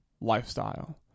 lifestyle